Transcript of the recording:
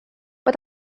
but